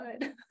good